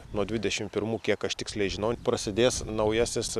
nuo dvidešim pirmų kiek aš tiksliai žinau prasidės naujasis